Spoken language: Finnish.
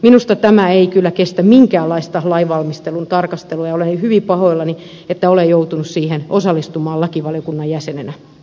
minusta tämä ei kyllä kestä minkäänlaista lainvalmistelun tarkastelua ja olen hyvin pahoillani että olen joutunut siihen osallistumaan lakivaliokunnan jäsenenä